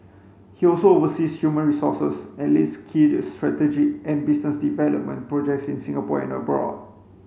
he also oversees human resources and leads key strategic and business development projects in Singapore and abroad